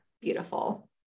beautiful